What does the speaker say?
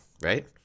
right